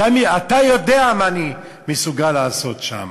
אתה יודע מה אני מסוגל לעשות שם,